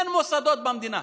אין מוסדות במדינה,